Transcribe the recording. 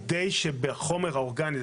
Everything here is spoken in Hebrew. כדי שבחומר האורגני,